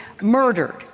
murdered